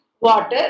water